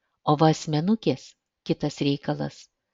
o va asmenukės kitas reikalas